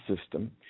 system